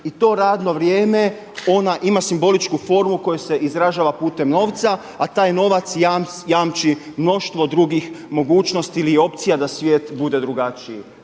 i to radno vrijeme, ona ima simboličku formu koja se izražava putem novca, a taj novac jamči mnoštvo drugih mogućnosti ili opcija da svijet bude drugačiji.